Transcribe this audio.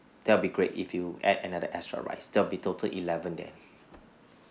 that will be great if you add another extra rice that'll be total eleven there